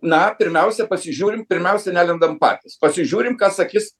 na pirmiausia pasižiūrim pirmiausia nelendam patys pasižiūrim ką sakys